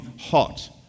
hot